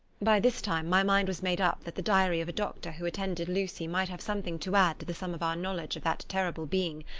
by this time my mind was made up that the diary of a doctor who attended lucy might have something to add to the sum of our knowledge of that terrible being,